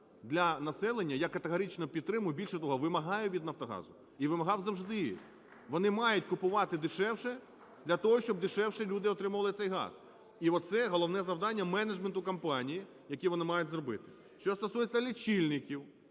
для населення я категорично підтримую. Більше того, вимагаю від "Нафтогазу" і вимагав завжди. Вони мають купувати дешевше для того, щоб дешевше люди отримували цей газ. І оце головне завдання менеджменту компанії, яке вони мають зробити. Що стосується лічильників,